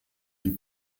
die